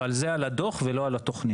אבל זה על הדוח ולא על התוכנית.